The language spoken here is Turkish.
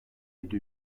yedi